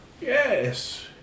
Yes